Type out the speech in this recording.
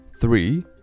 three